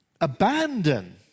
abandon